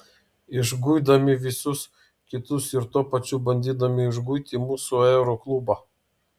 išguidami visus kitus ir tuo pačiu bandydami išguiti mūsų aeroklubą